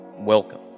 Welcome